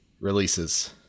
releases